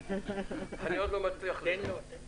אני עוד לא מצליח לזהות.